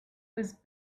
was